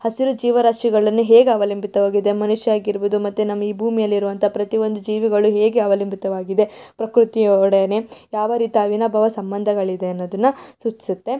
ಹಸಿರು ಜೀವರಾಶಿಗಳನ್ನು ಹೇಗೆ ಅವಲಂಬಿತವಾಗಿದೆ ಮನುಷ್ಯ ಆಗಿರ್ಬೋದು ಮತ್ತು ನಮ್ಮ ಈ ಭೂಮಿಯಲ್ಲಿರುವಂಥ ಪ್ರತಿಯೊಂದು ಜೀವಿಗಳು ಹೇಗೆ ಅವಲಂಬಿತವಾಗಿದೆ ಪ್ರಕೃತಿಯೊಡನೆ ಯಾವ ರೀತಿ ಅವಿನಾಭಾವ ಸಂಬಂಧಗಳಿವೆ ಅನ್ನೋದನ್ನು ಸೂಚಿಸುತ್ತೆ